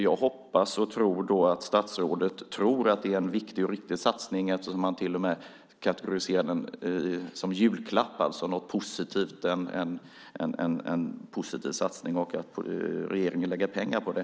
Jag hoppas och tror att statsrådet tycker att det är en viktig och riktig satsning, eftersom han till och med karakteriserade den som en julklapp, alltså något positivt, en positiv satsning, att regeringen lägger pengar på det.